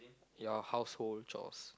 your household chores